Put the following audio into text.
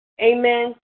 Amen